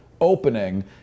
opening